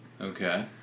Okay